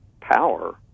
power